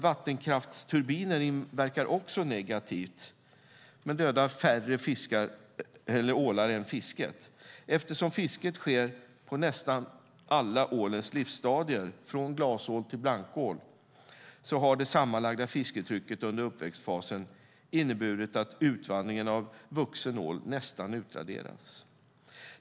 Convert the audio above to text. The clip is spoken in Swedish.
Vattenkraftsturbiner inverkar också negativt men dödar färre ålar än fisket. Eftersom fisket sker på nästan alla ålens livsstadier, från glasål till blankål, har det sammanlagda fisketrycket under uppväxtfasen inneburit att utvandringen av vuxen ål nästan utraderats.